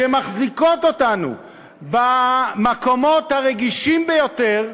מחזיקות אותנו במקומות הרגישים ביותר,